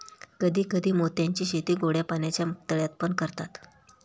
कधी कधी मोत्यांची शेती गोड्या पाण्याच्या तळ्यात पण करतात